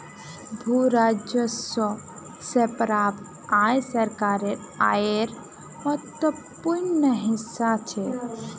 भू राजस्व स प्राप्त आय सरकारेर आयेर महत्वपूर्ण हिस्सा छेक